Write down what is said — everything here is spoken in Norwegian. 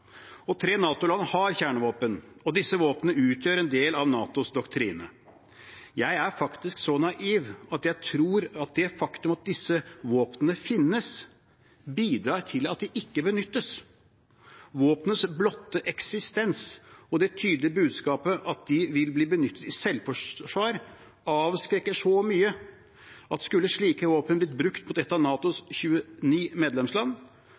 NATO. Tre NATO-land har kjernevåpen, og disse våpnene utgjør en del av NATOs doktrine. Jeg er faktisk så naiv at jeg tror at det faktum at disse våpnene finnes, bidrar til at de ikke benyttes. Våpnenes blotte eksistens og det tydelige budskapet at de vil bli benyttet i selvforsvar, avskrekker så mye at skulle slike våpen blitt brukt på et av NATOs 29 medlemsland,